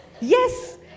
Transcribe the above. Yes